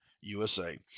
USA